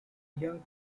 young